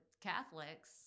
Catholics